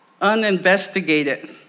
uninvestigated